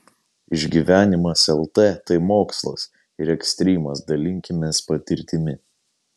išgyvenimas lt tai mokslas ir ekstrymas dalinkimės patirtimi